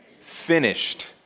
Finished